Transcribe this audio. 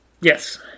Yes